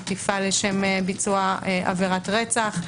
חטיפה לשם ביצוע עבירת רצח,